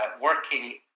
working